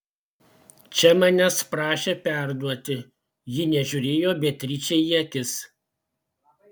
čia manęs prašė perduoti ji nežiūrėjo beatričei į akis